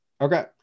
Okay